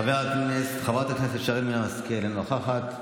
חברת הכנסת שרן מרים השכל, אינה נוכחת.